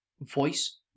voice